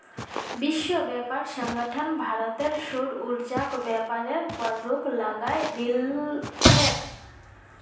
विश्व व्यापार संगठन भारतेर सौर ऊर्जाक व्यापारेर पर रोक लगई दिल छेक